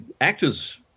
actors